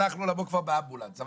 כבר הלך לעולמו באמבולנס,